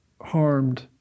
harmed